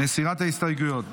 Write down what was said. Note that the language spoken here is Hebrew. מסירה את ההסתייגויות.